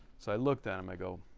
so i looked at and i go,